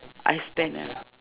I spend ah